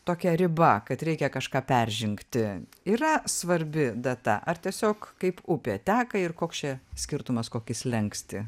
tokia riba kad reikia kažką peržengti yra svarbi data ar tiesiog kaip upė teka ir koks čia skirtumas kokį slenkstį